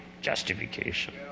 justification